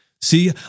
See